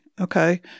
okay